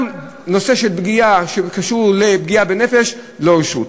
גם נושא של פגיעה, שקשור לפגיעה בנפש, ולא אישרו.